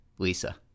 lisa